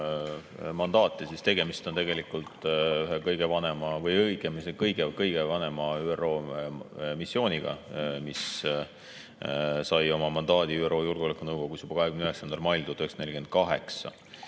mandaati, siis tegemist on tegelikult ühe vanima või õigemini kõige vanema ÜRO missiooniga, mis sai oma mandaadi ÜRO Julgeolekunõukogus juba 29. mail 1948.